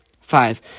five